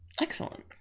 Excellent